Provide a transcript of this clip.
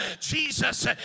Jesus